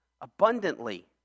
abundantly